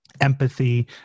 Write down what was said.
empathy